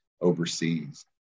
overseas